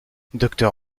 docteur